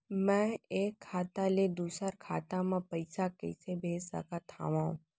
मैं एक खाता ले दूसर खाता मा पइसा कइसे भेज सकत हओं?